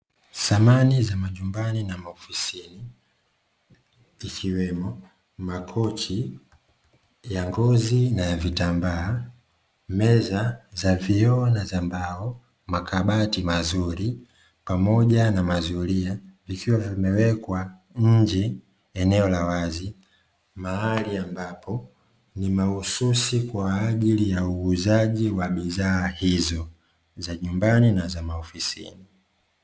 Samani za majumbani na maofisini, ikiwemo makochi ya ngozi na ya vitambaa, meza za vioo na za mbao, makabati mazuri pamoja na mazulia. Vikiwa vimewekwa nje eneo la wazi mahali ambapo ni mahususi kwa ajili ya uuzaji wa bidhaa hizo za nyumbani na za maofisini.